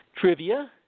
trivia